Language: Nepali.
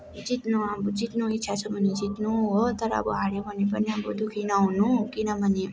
जित्नु अब जित्नु इच्छा छ भने जित्नु हो तर अब हाऱ्यो भने पनि अब दुःखी नहुनु किनभने